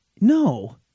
No